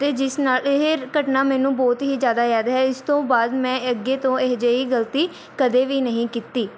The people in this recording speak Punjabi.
ਅਤੇ ਜਿਸ ਨਾਲ ਇਹ ਘਟਨਾ ਮੈਨੂੰ ਬਹੁਤ ਹੀ ਜ਼ਿਆਦਾ ਯਾਦ ਹੈ ਇਸ ਤੋਂ ਬਾਅਦ ਮੈਂ ਅੱਗੇ ਤੋਂ ਇਹੇ ਜਿਹੀ ਗਲਤੀ ਕਦੇ ਵੀ ਨਹੀਂ ਕੀਤੀ